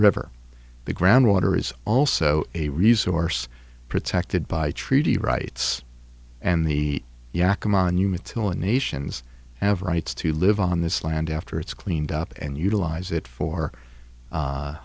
river the groundwater is also a resource protected by treaty rights and the yak a monument to one nations have rights to live on this land after it's cleaned up and utilise it for